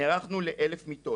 נערכנו ל-1,000 מיטות.